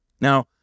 Now